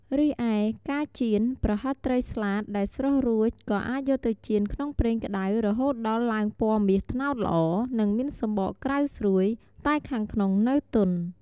រីឯ ការចៀន ប្រហិតត្រីស្លាតដែលស្រុះរួច ក៏អាចយកទៅចៀនក្នុងប្រេងក្តៅរហូតដល់ឡើងពណ៌មាសត្នោតល្អ និងមានសំបកក្រៅស្រួយ តែខាងក្នុងនៅទន់។